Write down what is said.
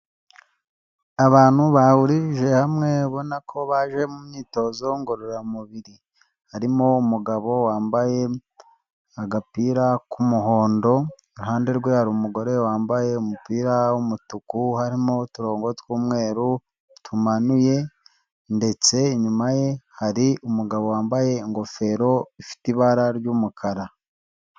Abantu bahurije hamwe ubona ko baje mu myitozo ngororamubiri ,harimo umugabo wambaye agapira k'umuhondo, iruhande rwe hari umugore wambaye umupira w'umutuku harimo uturongo tw'umweru tumanuye, ndetse inyuma ye hari umugabo wambaye ingofero ifite ibara ry'umukara.